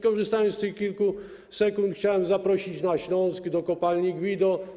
Korzystając z tych kilku sekund, chciałbym zaprosić na Śląsk do Kopalni Guido.